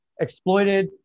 exploited